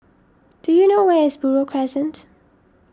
do you know where is Buroh Crescent